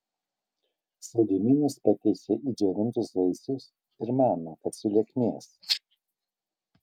saldumynus pakeičia į džiovintus vaisius ir mano kad sulieknės